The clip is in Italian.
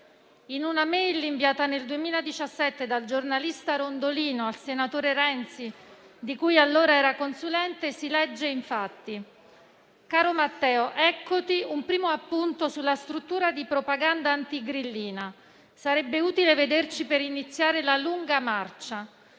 In una *e-mail* inviata nel 2017 dal giornalista Rondolino al senatore Renzi, di cui allora era consulente, si legge infatti: «Caro Matteo, eccoti un primo appunto sulla struttura di propaganda antigrillina». «Sarebbe utile vederci per iniziare la Lunga Marcia».